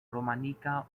romanika